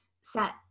set